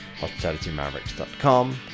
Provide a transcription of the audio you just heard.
hospitalitymavericks.com